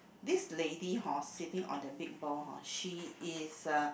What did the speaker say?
this lady hor sitting on the big ball hor she is a